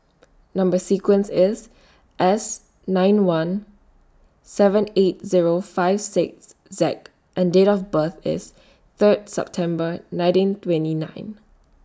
Number sequence IS S nine one seven eight Zero five six Z and Date of birth IS Third September nineteen twenty nine